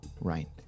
right